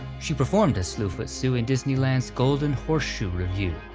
she performed as slue foot sue in disneyland's golden horseshoe revue,